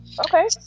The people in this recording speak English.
Okay